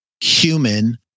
human